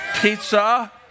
pizza